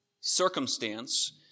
circumstance